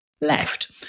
left